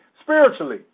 Spiritually